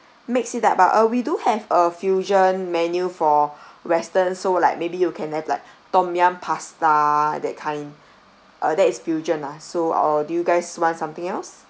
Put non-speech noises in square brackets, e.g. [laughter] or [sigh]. mix it up but uh we do have a fusion menu for [breath] western so like maybe you can add like [breath] tom yum pasta that kind uh that it's fusion lah so or do you guys want something else